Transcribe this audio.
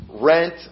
rent